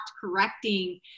correcting